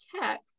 tech